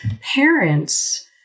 parents